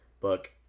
book